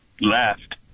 left